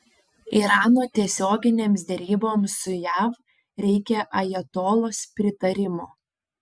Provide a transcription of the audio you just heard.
irano tiesioginėms deryboms su jav reikia ajatolos pritarimo